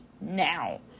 now